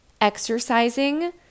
exercising